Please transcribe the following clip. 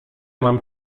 mam